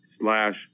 slash